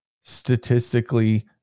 statistically